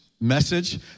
message